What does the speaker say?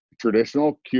traditional